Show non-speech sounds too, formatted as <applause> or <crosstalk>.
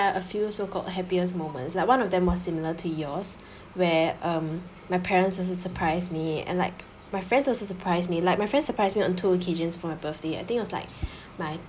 a few so called happiest moments like one of them more similar to yours where um my parents as also surprise me and like my friends also surprised me like my friend surprise me on two occasions for my birthday I think it was like <breath> my